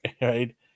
right